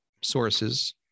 sources